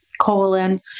colon